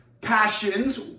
passions